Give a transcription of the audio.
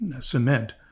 cement